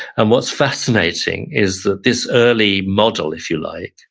and what's fascinating is that this early model, if you like,